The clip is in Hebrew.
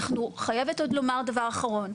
אני חייבת עוד לומר דבר אחרון.